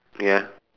ya